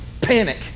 panic